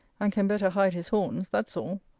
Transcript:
and can better hide his horns that's all.